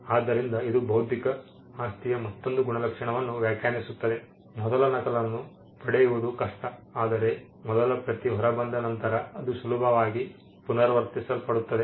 ಆದ್ದರಿಂದ ಇದು ಬೌದ್ಧಿಕ ಆಸ್ತಿಯ ಮತ್ತೊಂದು ಗುಣಲಕ್ಷಣವನ್ನು ವ್ಯಾಖ್ಯಾನಿಸುತ್ತದೆ ಮೊದಲ ನಕಲನ್ನು ಪಡೆಯುವುದು ಕಷ್ಟ ಆದರೆ ಮೊದಲ ಪ್ರತಿ ಹೊರಬಂದ ನಂತರ ಅದು ಸುಲಭವಾಗಿ ಪುನರಾವರ್ತಿಸಲ್ಪಡುತ್ತದೆ